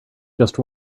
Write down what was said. just